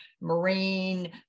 marine